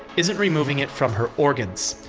isn't removing it from her organs.